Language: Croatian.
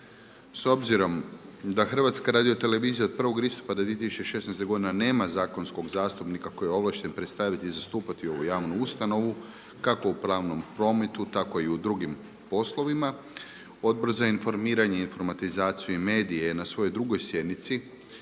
S obzirom da HRT od 1. listopada 2016. godine nema zakonskog zastupnika koji je ovlašten predstaviti i zastupati ovu javnu ustanovu kako u pravnom prometu tako i u drugim poslovima Odbor za informiranje, informatizaciju i medije na svojoj drugoj sjednici